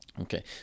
Okay